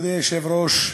כבוד היושב-ראש,